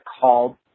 called